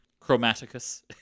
Chromaticus